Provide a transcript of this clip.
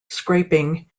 scraping